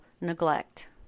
neglect